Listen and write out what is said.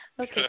Okay